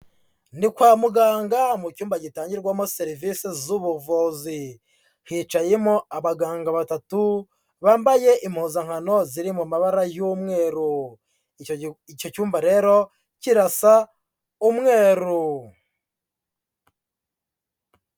Ni kwa muganga mu cyumba gitangirwamo serivisi z'ubuvuzi. Hicayemo abaganga batatu bambaye impuzankano ziri mu mabara y'umweru. Icyo cyumba rero kirasa umweru.